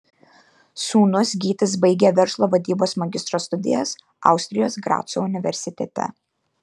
sūnus gytis baigia verslo vadybos magistro studijas austrijos graco universitete